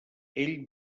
ell